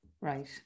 Right